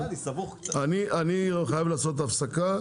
אני חייב לעשות הפסקה.